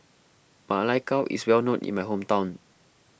Ma Lai Gao is well known in my hometown